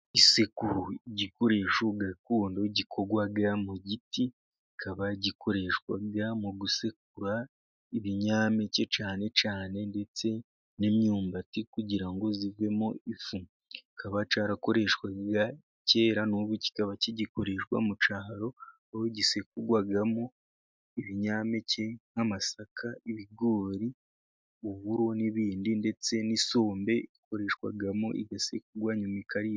Isekuru ni igikoresho gakondo gikorwa mu giti kikaba gikoreshwa mu gusekura ibinyampeke cyane cyane, ndetse n'imyumbati kugira ngo zivmo ifu, kikaba cyarakoreshwaga kera n'ubu kikaba kigikoreshwa mu cyaro gisekurwamo ibinyampeke nk'amasaka, ibigori, uburo n'ibindi ndetse n'isombe ikoreshwamo igasekugwa nyuma ikaribwa.